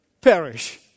perish